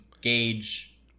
gauge